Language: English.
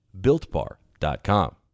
BuiltBar.com